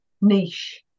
niche